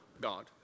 God